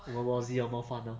world war Z lor more fun lor